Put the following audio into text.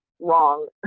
wrong